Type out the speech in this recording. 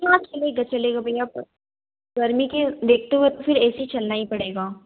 हाँ चलेगा चलेगा भईया आप गर्मी के देखते हुए फिर ए सी चलना ही पड़ेगा